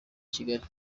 kigali